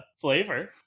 flavor